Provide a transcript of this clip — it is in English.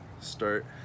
start